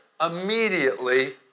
immediately